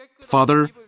Father